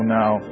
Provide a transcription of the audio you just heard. now